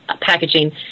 packaging